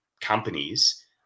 companies